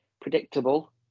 predictable